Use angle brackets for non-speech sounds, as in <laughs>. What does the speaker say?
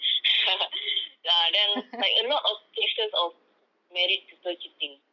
<laughs> ah then like a lot of cases of married people cheating